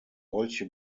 solche